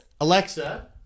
Alexa